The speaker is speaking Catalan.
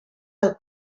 del